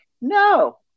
no